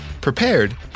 prepared